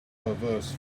perverse